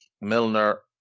Milner